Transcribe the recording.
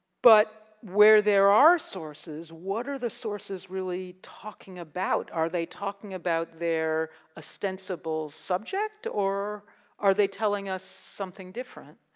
but, where there are sources what are the sources really talking about? are they talking about their ostensible subject or are they telling us something different?